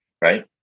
right